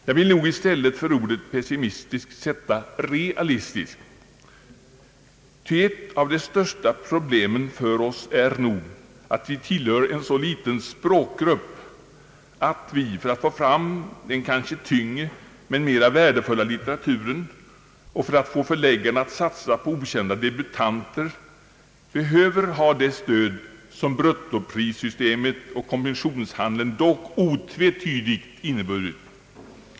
Jag vill i stället för ordet pessimistiskt sätta realistiskt, ty ett av de största problemen för oss är nog att vi tillhör en så liten språkgrupp att vi för att få fram den kanske tyngre men mera värdefulla litteraturen och för att få förläggarna att satsa på okända debutanter behöver ha det stöd som bruttoprissystemet och kommissionshandeln dock otvetydigt inneburit.